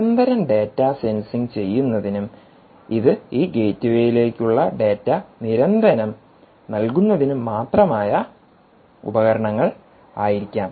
നിരന്തരം data sensing ചെയ്യുന്നതിനും ഇത് ഈ ഗേറ്റ്വേയിലേക്കുള്ള ഡാറ്റ നിരന്തരം നൽകുന്നതിനുംമാത്രമായ ഉപകരണങ്ങൾ ആയിരിക്കാം